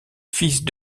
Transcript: fils